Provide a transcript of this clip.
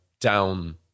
down